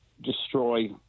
destroy